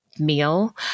meal